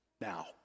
Now